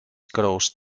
croce